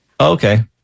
Okay